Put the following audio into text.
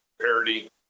parity